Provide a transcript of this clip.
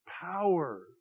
power